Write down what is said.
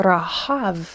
Rahav